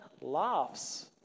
laughs